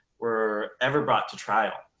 were ever brought to trial.